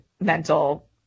mental